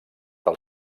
del